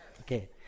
Okay